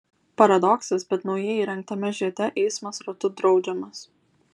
paradoksas bet naujai įrengtame žiede eismas ratu draudžiamas